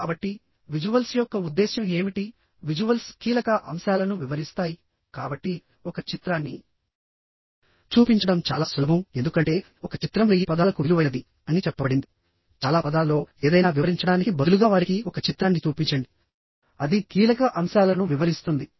కాబట్టి విజువల్స్ యొక్క ఉద్దేశ్యం ఏమిటి విజువల్స్ కీలక అంశాలను వివరిస్తాయి కాబట్టి ఒక చిత్రాన్ని చూపించడం చాలా సులభంఎందుకంటే ఒక చిత్రం 1000 పదాలకు విలువైనది అని చెప్పబడిందిచాలా పదాలలో ఏదైనా వివరించడానికి బదులుగా వారికి ఒక చిత్రాన్ని చూపించండిఅది కీలక అంశాలను వివరిస్తుంది